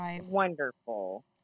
wonderful